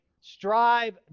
strive